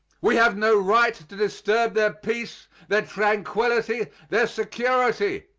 we have no right to disturb their peace, their tranquillity, their security.